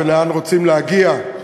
לאן רוצים להגיע?